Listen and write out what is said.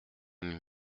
même